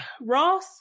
Ross